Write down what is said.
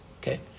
Okay